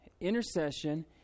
intercession